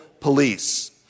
Police